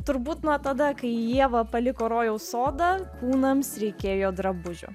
turbūt nuo tada kai ieva paliko rojaus sodą kūnams reikėjo drabužių